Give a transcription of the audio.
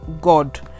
God